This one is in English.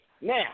Now